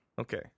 Okay